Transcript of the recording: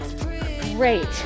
great